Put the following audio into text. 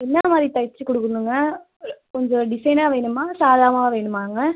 என்ன மாதிரி தைச்சிக் கொடுக்கணுங்க கொஞ்சம் டிசைனாக வேணுமா சாதாமாக வேணுமாங்க